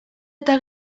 eta